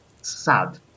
sad